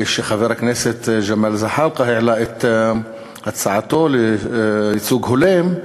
כשחבר הכנסת ג'מאל זחאלקה העלה את הצעתו לייצוג הולם,